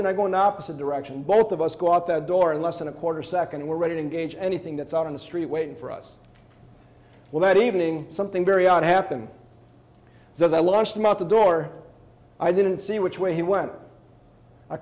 and i go in opposite direction and both of us go out that door in less than a quarter second we're ready to engage anything that's out on the street waiting for us well that evening something very odd happened so as i launched my out the door i didn't see which way he went i